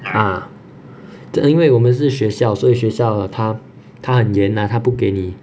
ah 就因为我们是学校所以学校它它很严啦它不给你